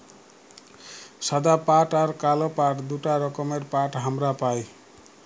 সাদা পাট আর কাল পাট দুটা রকমের পাট হামরা পাই